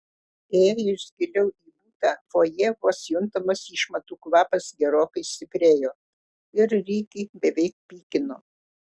įėjus giliau į butą fojė vos juntamas išmatų kvapas gerokai stiprėjo ir rikį beveik pykino